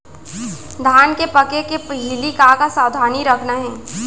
धान के पके के पहिली का का सावधानी रखना हे?